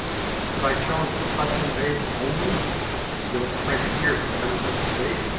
if i choose touching base only it'll print here but never touch the base.